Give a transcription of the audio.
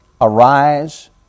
Arise